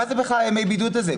מה זה בכלל ימי הבידוד האלה?